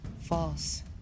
false